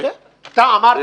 נראה.